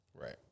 Right